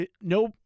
no